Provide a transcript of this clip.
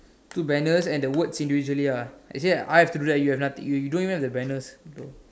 so banners and the words individually ah you don't even have the banners though